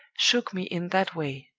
shook me in that way.